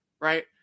right